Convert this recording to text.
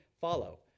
follow